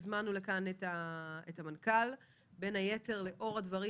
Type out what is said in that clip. הזמנו לכאן את המנכ"ל בין היתר לאור הדברים